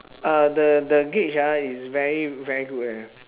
uh the the gauge ah is very very good leh